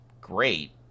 great